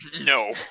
No